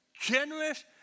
generous